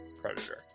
Predator